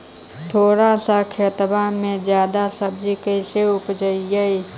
थोड़ा सा खेतबा में जादा सब्ज़ी कैसे उपजाई?